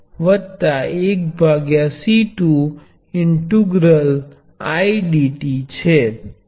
તેથી આ પ્રવાહ ને હું વોલ્ટેજ V થી ગુણુ છું